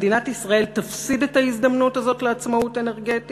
מדינת ישראל תפסיד את ההזדמנות הזאת לעצמאות אנרגטית,